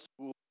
school